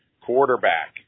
quarterback